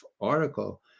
article